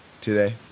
today